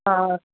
ஆ